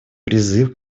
призыв